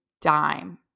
dime